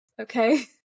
okay